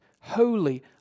holy